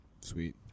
sweet